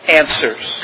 answers